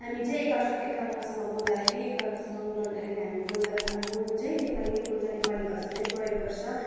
हामी चाहिँ एक अर एकअर्कासँग बोल्दाखेरि एक अर्कासँग ऊ गर्दाखेरि हामी बोल्दा चाहिँ हामी बोल्नु चाहिँ नेपाली नै बोल्छ नेपाली भाषा नै प्रयोग गर्छ